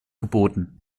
geboten